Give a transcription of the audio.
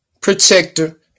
protector